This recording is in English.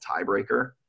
tiebreaker